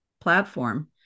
platform